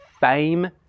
fame